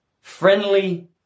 friendly